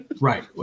Right